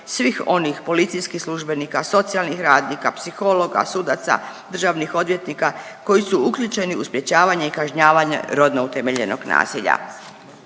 svih onih policijskih službenika, socijalnih radnika, psihologa, sudaca, državnih odvjetnika koji su uključeni u sprječavanje i kažnjavanje rodno utemeljenog nasilja.